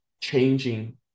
changing